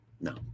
no